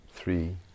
three